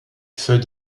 fait